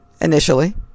initially